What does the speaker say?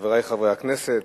חברי חברי הכנסת,